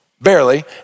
barely